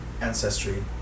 ancestry